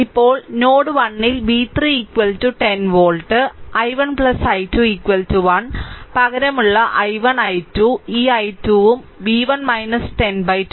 ഇപ്പോൾ നോഡ് 1 ൽ v 3 10 volt i1 i2 1 പകരമുള്ള i1 i2 ഈ i2 ഉം v1 10 2